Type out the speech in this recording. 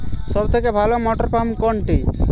সবথেকে ভালো মটরপাম্প কোনটি?